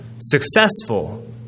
successful